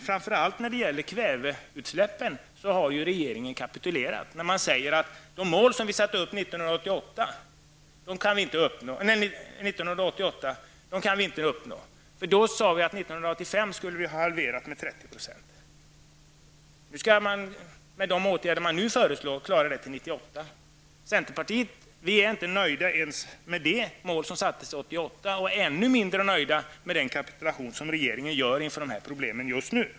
Framför allt när det gäller kväveutsläppen har regeringen kapitulerat, när man säger att de mål som vi satte upp 1988 kan vi inte uppnå. Då sade vi att år 1995 skulle vi ha minskat utsläppen med 30 %. Nu skall man, med de åtgärder man nu föreslår, klara det till 1998. Vi i centerpartiet är inte ens nöjda med det mål som sattes upp 1988, och ännu mindre med den kapitulation som regeringen gör inför de här problemen just nu.